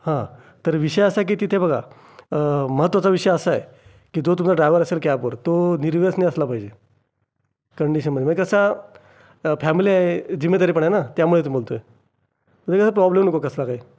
हा तर विषय असा आहे की तिथे बघा महत्त्वाचा विषय असा आहे की जो तुमचा ड्राईव्हर असेल कॅबवर तो निर्व्यसनी असला पाहिजे कंडिशनमध्ये म्हजे कसं फॅमिली आहे जिम्मेदारी पण आहे ना त्यामुळेच बोलतोय मग ते कसं प्रॉब्लेम नको कसला काही